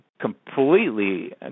completely